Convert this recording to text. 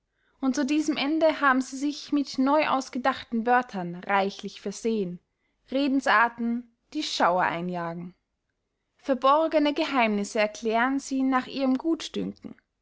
und zu diesem ende haben sie sich mit neuausgedachten wörtern reichlich versehen redensarten die schauer einjagen verborgene geheimnisse erklären sie nach ihrem gutdünken